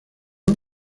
las